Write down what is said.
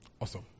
awesome